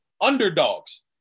underdogs